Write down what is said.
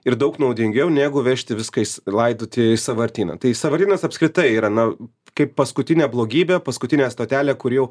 ir daug naudingiau negu vežti viską is laidoti į sąvartyną tai sąvartynas apskritai yra na kaip paskutinė blogybė paskutinė stotelė kur jau